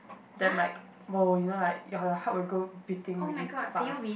damn like !woah! you know like your heart will go beating really fast